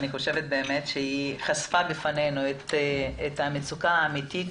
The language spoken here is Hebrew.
אני חושבת שהיא חשפה בפנינו את המצוקה האמיתית